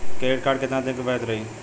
Credit card कितना दिन तक वैध रही?